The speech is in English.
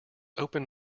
open